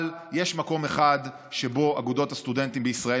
אבל יש מקום אחד שבו אגודות הסטודנטים בישראל